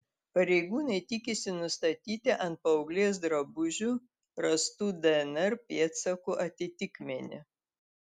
pareigūnai tikisi nustatyti ant paauglės drabužių rastų dnr pėdsakų atitikmenį